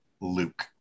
Luke